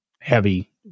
heavy